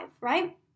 right